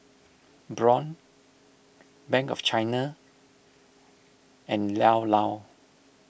Braun Bank of China and Llao Llao